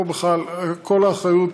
כל האחריות,